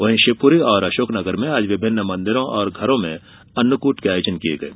वहीं शिवपुरी और अशोकनगर में आज विभिन्न मंदिरों और घरों में अन्नकूट के आयोजन किये गये